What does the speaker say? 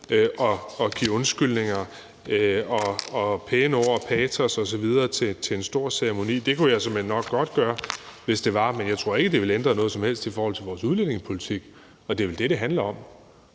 og give undskyldninger og komme med pæne ord, patos osv. til en stor ceremoni. Det kunne jeg såmænd nok godt gøre, hvis det var, men jeg tror ikke, det ville ændre noget som helst i forhold til vores udlændingepolitik, og det er vel det, det handler om.